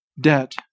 debt